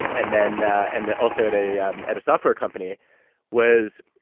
and then ah and then also, at a um at a software company was,